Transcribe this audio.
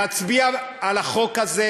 אני מבקש מכם חד-משמעית להצביע בעד החוק הזה,